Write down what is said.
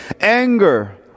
Anger